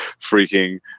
freaking